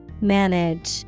Manage